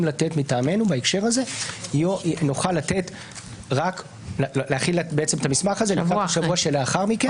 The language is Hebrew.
לתת בהקשר הזה נוכל להכין רק בשבוע לאחר מכן.